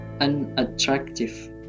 unattractive